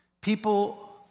People